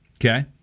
Okay